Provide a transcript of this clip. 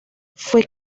fue